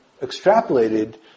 extrapolated